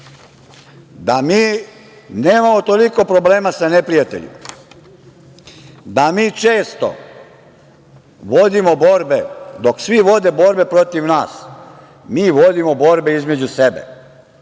da mi nemamo toliko problema sa neprijateljima, da mi često vodimo borbe dok svi vode borbe protiv nas, mi vodimo borbe između sebe.S